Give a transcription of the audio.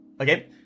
okay